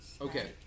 Okay